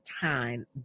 time